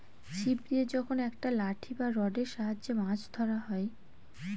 ছিপ দিয়ে যখন একটা লাঠি বা রডের সাহায্যে মাছ ধরা হয়